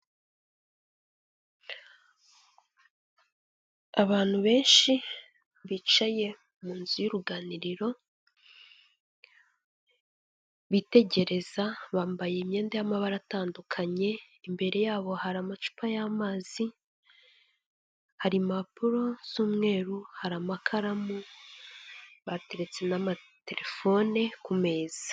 Abantu benshi bicaye munzu y'uruganiriro, bitegereza bambaye imyenda y'amabara atandukanye imbere yabo hari amacupa y'amazi, hari impapuro z'umweru, hari amakaramu bateretse n'amaterefone ku meza.